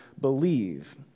believe